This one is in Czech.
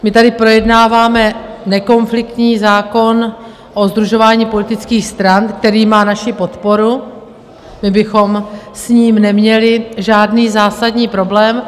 My tady projednáváme nekonfliktní zákon o sdružování v politických stranách, který má naši podporu, my bychom s ním neměli žádný zásadní problém.